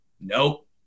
Nope